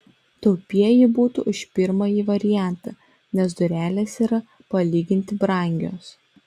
taupieji būtų už pirmąjį variantą nes durelės yra palyginti brangios